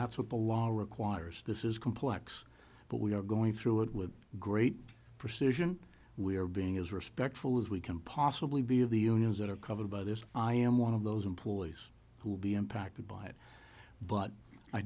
that's what the law requires this is complex but we are going through it with great precision we are being as respectful as we can possibly be of the unions that are covered by this i am one of those employees who will be impacted by it but i